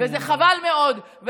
זה חבל מאוד.